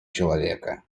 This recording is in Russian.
человека